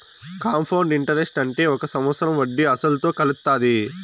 compound interest అంటే ఒక సంవత్సరం వడ్డీ అసలుతో కలుత్తాది